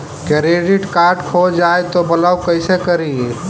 Credit card खो जाए तो ब्लॉक कैसे करी?